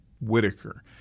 Whitaker